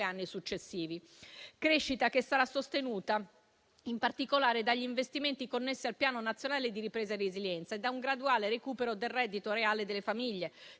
anni successivi. Tale crescita sarà sostenuta, in particolare, dagli investimenti connessi al Piano nazionale di ripresa e resilienza e da un graduale recupero del reddito reale delle famiglie,